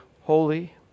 holy